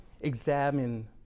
examine